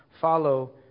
follow